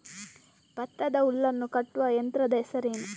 ಭತ್ತದ ಹುಲ್ಲನ್ನು ಕಟ್ಟುವ ಯಂತ್ರದ ಹೆಸರೇನು?